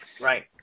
right